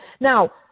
Now